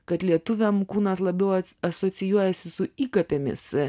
kad lietuviam kūnas labiau asocijuojasi su įkapėmis